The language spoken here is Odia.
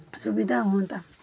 ସୁବିଧା ହୁଅନ୍ତା